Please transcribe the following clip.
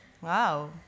Wow